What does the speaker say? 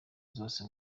zose